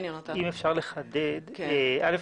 אם אפשר לחדד לדעתי,